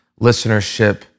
listenership